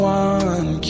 one